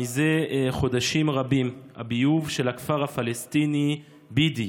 זה חודשים רבים הביוב של הכפר הפלסטיני בידיא